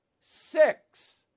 Six